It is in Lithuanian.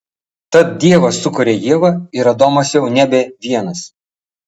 tad dievas sukuria ievą ir adomas jau nebe vienas